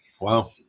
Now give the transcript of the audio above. wow